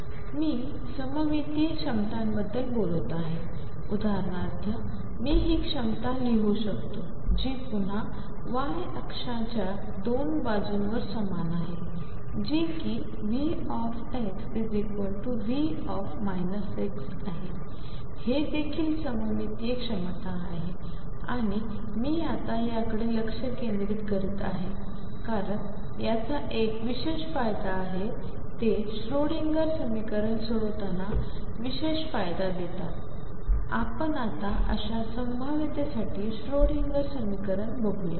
तर मी सममितीय क्षमतांबद्दल बोलत आहे उदाहरणार्थ मी ही क्षमता लिहू शकतो जी पुन्हा y अक्षांच्या दोन बाजूंवर समान आहेजी कि VxV आहे हे देखील सममितीय क्षमता आहे आणि मी आता या कडे लक्ष केंद्रित करत आहे कारण याचा एक विशेष फायदा आहे ते श्रोडिंजर समीकरण सोडवताना विशेष फायदा देतातआपण आता अशा संभाव्यतेसाठी श्रोडिंगर समीकरण बघू या